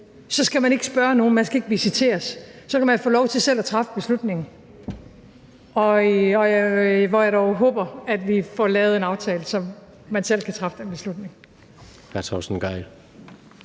så skal man ikke spørge nogen, man skal ikke visiteres. Så kan man få lov til selv at træffe beslutningen. Og hvor jeg dog håber, at vi får lavet en aftale, så man selv kan træffe den beslutning.